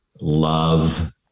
love